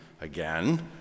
again